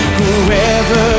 Whoever